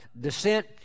descent